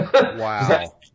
Wow